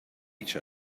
each